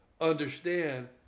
understand